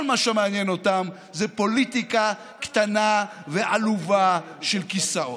כל מה שמעניין אותם זה פוליטיקה קטנה ועלובה של כיסאות.